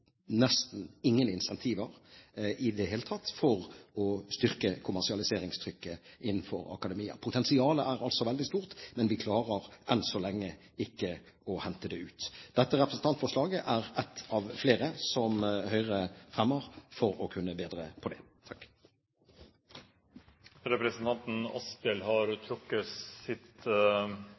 nesten ingen incentiver i det hele tatt for å styrke kommersialiseringstrykket innenfor akademia. Potensialet er altså veldig stort, men vi klarer enn så lenge ikke å hente det ut. Dette representantforslaget er ett av flere som Høyre fremmer for å kunne bedre på det. Flere har